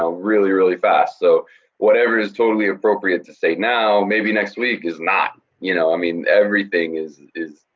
ah really really fast, so whatever is totally appropriate to say now maybe next week is not, y'know. i mean everything is, is,